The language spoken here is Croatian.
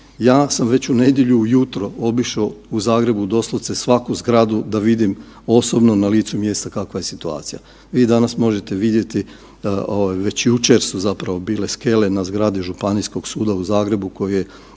Ja sam već u nedjelju ujutro obišao u Zagrebu doslovce svaku zgradu, da vidim osobno na licu mjesta kakva je situacija. Vi danas možete vidjeti već jučer su zapravo bile skele na zgradi Županijskog suda u Zagrebu koje je